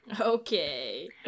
okay